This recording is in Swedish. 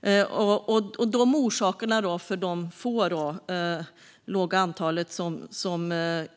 För det låga antal som